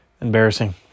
Embarrassing